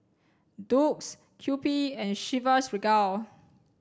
Doux Kewpie and Chivas Regal